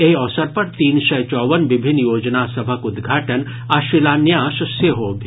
एहि अवसर पर तीन सय चौवन विभिन्न योजना सभक उद्घाटन आ शिलान्यास सेहो भेल